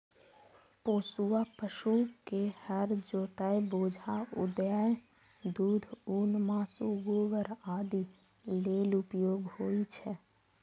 पोसुआ पशु के हर जोतय, बोझा उघै, दूध, ऊन, मासु, गोबर आदि लेल उपयोग होइ छै